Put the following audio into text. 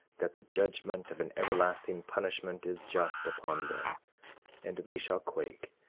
that the judgment of an everlasting punishment is just upon them and they shall quake,